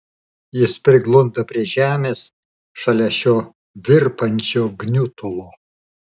jis priglunda prie žemės šalia šio virpančio gniutulo